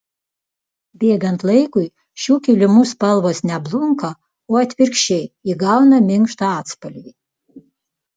bėgant laikui šių kilimų spalvos ne blunka o atvirkščiai įgauna minkštą atspalvį